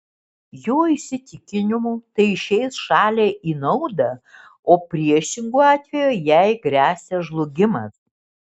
jo įsitikinimu tai išeis šaliai į naudą o priešingu atveju jai gresia žlugimas